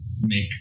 make